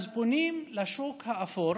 אז פונים לשוק האפור